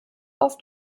oft